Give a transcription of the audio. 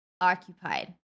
occupied